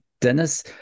Dennis